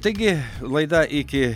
taigi laida iki